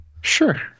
Sure